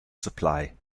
supply